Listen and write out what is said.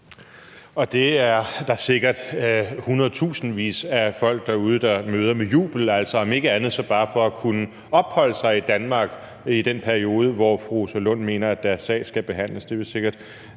Det er der sikkert hundredtusindvis af folk derude der møder med jubel – om ikke andet så bare for at kunne opholde sig i Danmark i den periode, hvor fru Rosa Lund mener deres sag skal behandles.